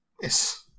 yes